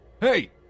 Hey